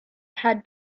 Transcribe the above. had